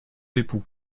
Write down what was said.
époux